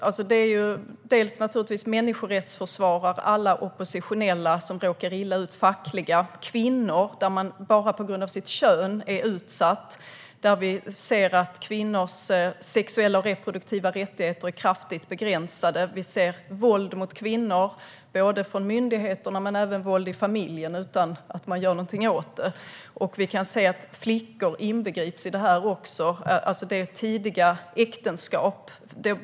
Det handlar naturligtvis om människorättsförsvarare och alla oppositionella som råkar illa ut. Det handlar om fackliga personer och om kvinnor, som bara på grund av sitt kön är utsatta. Vi ser att kvinnors sexuella och reproduktiva rättigheter är kraftigt begränsade. Vi ser våld mot kvinnor från myndigheterna. Men det är även våld i familjen utan att man gör någonting åt det. Vi kan se att flickor också inbegrips i detta. Det är tidiga äktenskap.